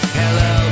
hello